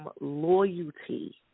loyalty